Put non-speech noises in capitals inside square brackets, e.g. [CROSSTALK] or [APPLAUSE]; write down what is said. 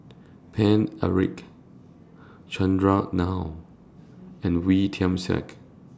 Paine Eric Chandran [UNINTELLIGIBLE] and Wee Tian Siak